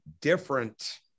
different